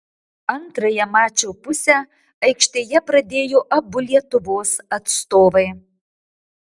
antrąją mačo pusę aikštėje pradėjo abu lietuvos atstovai